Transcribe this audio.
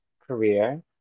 career